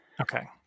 Okay